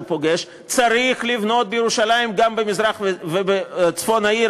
פוגש: צריך לבנות בירושלים גם במזרח ובצפון העיר,